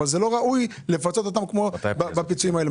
אבל לא ראוי לפצות אותם בפיצויים האלה.